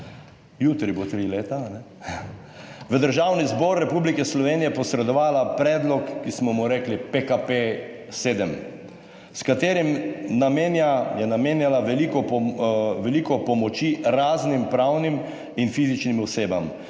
jutri bo tri leta, v Državni zbor Republike Slovenije posredovala predlog, ki smo mu rekli PKP 7, s katerim namenja, je namenjala veliko, veliko pomoči raznim pravnim in fizičnim osebam,